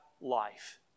life